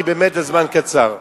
כי באמת הזמן קצר.